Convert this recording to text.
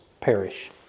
perish